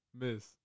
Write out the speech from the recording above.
Miss